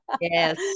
Yes